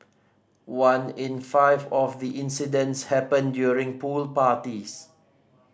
one in five of the incidents happened during pool parties